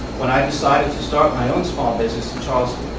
when i decided to start my own small business in charleston.